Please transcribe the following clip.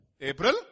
April